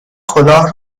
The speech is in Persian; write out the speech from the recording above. کلاه